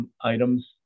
Items